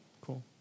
cool